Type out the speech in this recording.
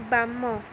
ବାମ